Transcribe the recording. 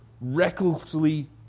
recklessly